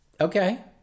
Okay